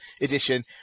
edition